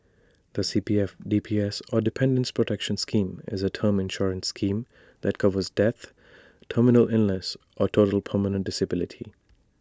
the C P F D P S or Dependants' protection scheme is A term insurance scheme that covers death terminal illness or total permanent disability